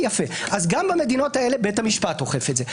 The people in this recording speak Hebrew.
יפה, אז גם במדינות האלה בית המשפט אוכף את זה.